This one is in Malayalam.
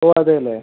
ഓ അതെ അല്ലേ